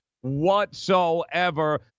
whatsoever